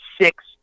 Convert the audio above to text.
six